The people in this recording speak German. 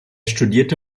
studierte